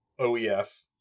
OEF